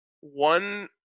one